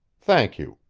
thank you,